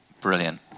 Brilliant